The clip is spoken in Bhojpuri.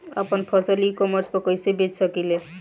आपन फसल ई कॉमर्स पर कईसे बेच सकिले?